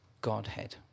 Godhead